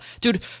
dude